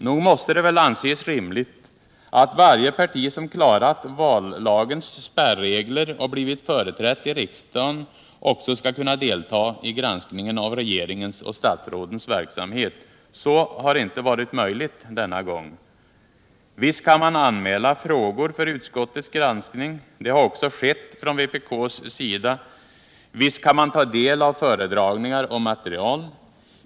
Nog måste det väl anses rimligt att varje parti som klarat vallagens spärregler och blivit företrätt i riksdagen också skall kunna delta i granskningen av regeringens och statsrådens verksamhet. Så har inte varit möjligt denna gång. Visst kan man anmäla frågor för utskottets granskning. Det har också skett från vpk:s sida. Visst kan man ta del av föredragningar och material.